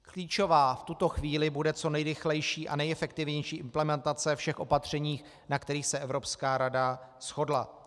Klíčová v tuto chvíli bude co nejrychlejší a nejefektivnější implementace všech opatření, na kterých se Evropská rada shodla.